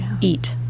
eat